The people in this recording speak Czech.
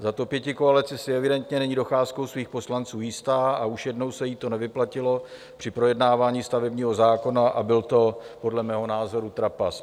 Zato pětikoalice si evidentně není docházkou svých poslanců jistá a už jednou se jí to nevyplatilo při projednávání stavebního zákona, a byl to podle mého názoru trapas.